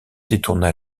détourna